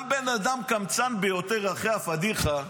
גם בן אדם קמצן ביותר, אחרי הפדיחה,